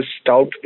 stout